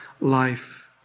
life